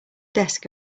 desk